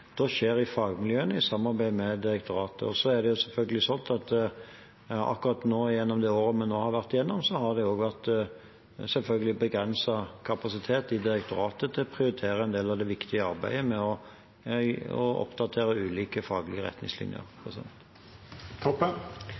skjer i fagmiljøene i samarbeid med direktoratet. Akkurat nå, i det året vi har vært igjennom, har det selvfølgelig også vært begrenset kapasitet i direktoratet til å prioritere en del av det viktige arbeidet med å oppdatere ulike faglige retningslinjer.